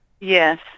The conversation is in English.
yes